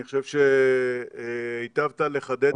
אני חושב שהיטבת לחדד את זה.